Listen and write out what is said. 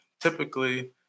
typically